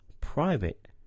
private